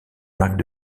marques